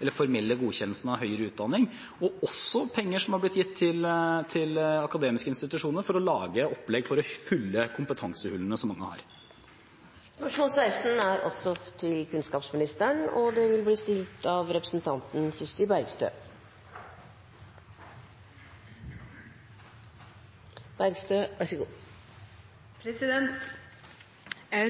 høyere utdanning – og også penger som har blitt gitt til akademiske institusjoner for å lage opplegg for å fylle kompetansehullene som mange har. Jeg vil